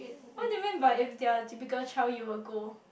what do you mean by if they're typical child you will go